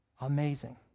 Amazing